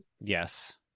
Yes